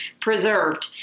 preserved